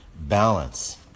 balance